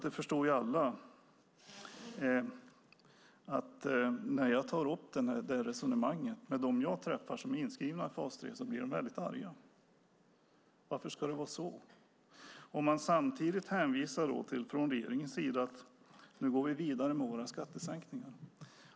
Det förstår alla att när jag tar upp det resonemanget med dem jag träffar och som är inskrivna i fas 3 blir de väldigt arga och undrar varför det ska vara så. Samtidigt hänvisar regeringen till att man går vidare med årets skattesänkningar.